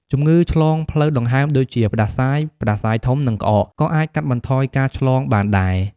ជំងឺឆ្លងផ្លូវដង្ហើមដូចជា ផ្តាសាយ ផ្តាសាយធំ និងក្អក ក៏អាចកាត់បន្ថយការឆ្លងបានដែរ។